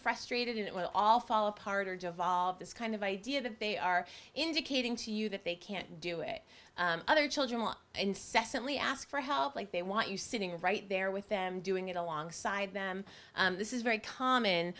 frustrated and it will all fall apart or devolve this kind of idea that they are indicating to you that they can't do it other children want incessantly ask for help like they want you sitting right there with them doing it alongside them this is very common